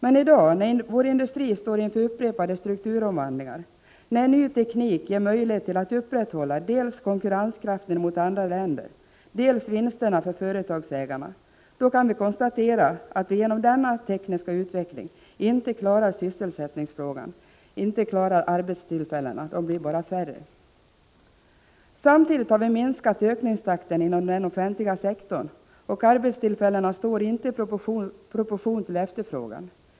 I dag, när vår industri står inför upprepade strukturomvandlingar, när ny teknik ger möjlighet till att upprätthålla dels konkurrenskraften mot andra länder, dels vinsterna för företagsägarna, kan vi konstatera att vi genom denna tekniska utveckling inte klarar sysselsättningsfrågan — arbetstillfällena blir bara färre. Samtidigt har vi minskat ökningstakten inom den offentliga sektorn, och arbetstillfällen står inte i proportion till efterfrågan.